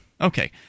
Okay